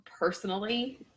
personally